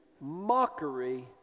mockery